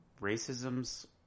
racism's